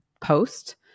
post